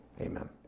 Amen